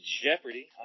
Jeopardy